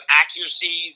accuracy